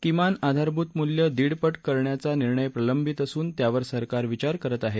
किमान आधारभूत मूल्य दीडपट करण्याचा निर्णय प्रलंबित असून त्यावर सरकार विचार करत आहे